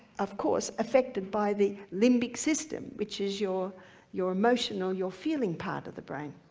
of course, affected by the limbic system, which is your your emotional, your feeling part of the brain.